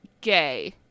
gay